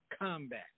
combat